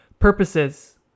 purposes